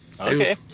Okay